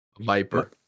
Viper